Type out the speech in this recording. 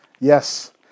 Yes